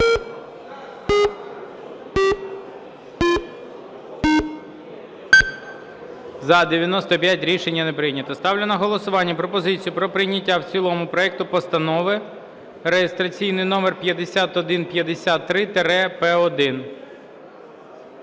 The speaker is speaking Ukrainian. За-95 Рішення не прийнято. Ставлю на голосування пропозицію про прийняття в цілому проекту Постанови реєстраційний номер 5153-П1.